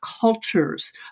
cultures